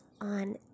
on